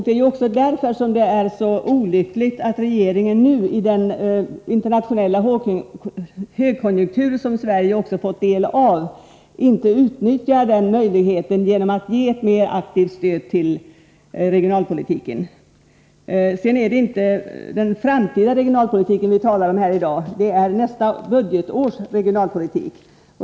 Det är därför som det är så olyckligt att regeringen nu, i den internationella högkonjunktur som Sverige också fått del av, inte utnyttjar den möjligheten att ge ett mer aktivt stöd till regionalpolitiken. Det är inte den framtida regionalpolitiken vi talar om i dag, utan det är nästa budgetårs regionalpolitik.